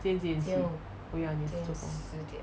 今天几点起 oh ya 你今天做工